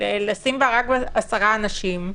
יכניסו רק 10 אנשים,